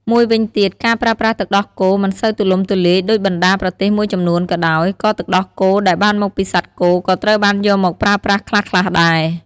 មួយវិញទៀត ការប្រើប្រាស់ទឹកដោះគោមិនសូវទូលំទូលាយដូចបណ្ដាប្រទេសមួយចំនួនក៏ដោយ ក៏ទឹកដោះគោដែលបានមកពីសត្វគោក៏ត្រូវបានយកមកប្រើប្រាស់ខ្លះៗដែរ។